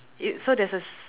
so there's a s~